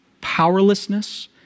powerlessness